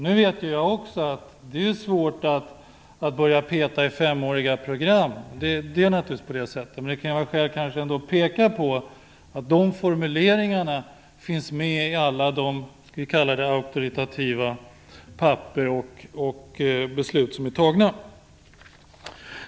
Nu vet också jag att det naturligtvis är svårt att börja peta i femåriga program. Men det kan ändå finnas skäl att peka på att dessa formuleringar finns med i alla s.k. auktoritativa papper och i de beslut som har fattats.